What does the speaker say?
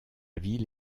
ville